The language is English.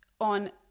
on